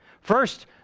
First